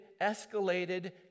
escalated